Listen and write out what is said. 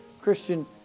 Christian